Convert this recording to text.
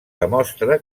demostra